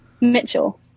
Mitchell